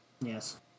Yes